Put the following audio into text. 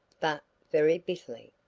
but very bitterly.